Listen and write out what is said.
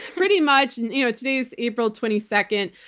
pretty much. and you know today's april twenty second.